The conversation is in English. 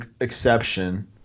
exception